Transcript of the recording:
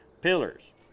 pillars